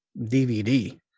DVD